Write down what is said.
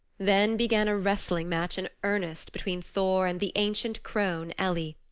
then began a wrestling match in earnest between thor and the ancient crone ellie.